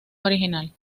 original